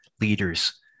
leaders